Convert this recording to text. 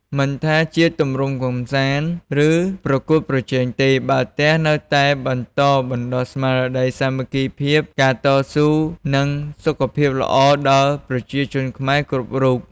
មិនថាជាទម្រង់កម្សាន្ត ឬប្រកួតប្រជែងទេ បាល់ទះនៅតែបន្តបណ្ដុះស្មារតីសាមគ្គីភាព ការតស៊ូ និងសុខភាពល្អដល់ប្រជាជនខ្មែរគ្រប់រូប។